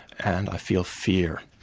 and i feel fear.